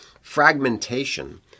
Fragmentation